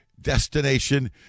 Destination